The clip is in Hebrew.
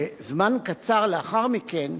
וזמן קצר לאחר מכן,